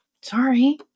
Sorry